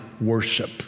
worship